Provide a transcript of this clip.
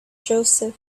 joseph